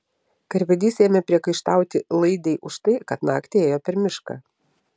karvedys ėmė priekaištauti laidei už tai kad naktį ėjo per mišką